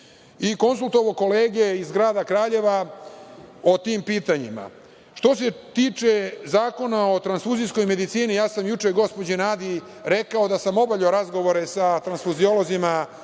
i konsultovao kolege iz Grada Kraljeva o tim pitanjima. Što se tiče zakona o transfuzijskoj medicini, ja sam juče gospođi Nadi rekao da sam obavljao razgovore sa transfuziolozima